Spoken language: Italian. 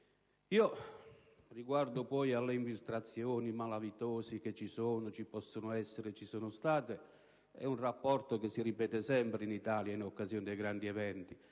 Quello sulle infiltrazioni malavitose, poi - che ci sono, ci possono essere e ci sono state - è un discorso che si ripete sempre in Italia in occasione dei grandi eventi.